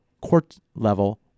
court-level